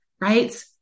Right